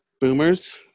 Boomers